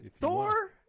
Thor